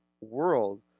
world